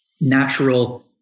natural